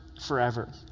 forever